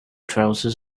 trousers